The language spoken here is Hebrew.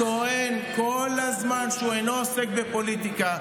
הוא טוען כל הזמן שהוא אינו עושה בפוליטיקה.